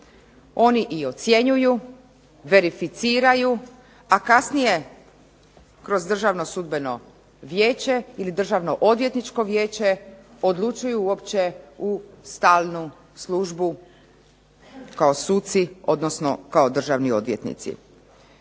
oni i ocjenjuju, verificiraju, a kasnije kroz Državno sudbeno vijeće ili Državnoodvjetničko vijeće odlučuju uopće u stalnu službu, kao suci, odnosno kao državni odvjetnici.